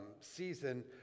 season